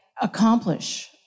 accomplish